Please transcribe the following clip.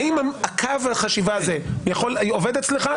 האם קו החשיבה הזה עובד אצלך?